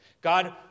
God